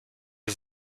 est